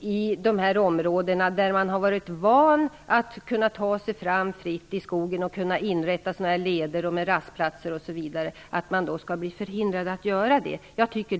i de områden där man varit van vid att kunna göra det, där man t.ex. kunnat inrätta leder med rastplatser.